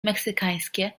meksykańskie